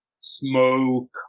smoke